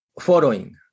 following